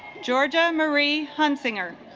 georgia marie hunsinger